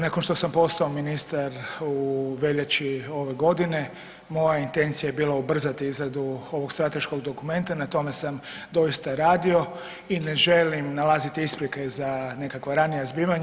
Nakon što sam postao ministar u veljači ove godine moja intencija je bila ubrzati izradu ovog strateškog dokumenta, na tome sam doista radio i ne želim nalaziti isprike za nekakva ranija zbivanja.